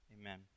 amen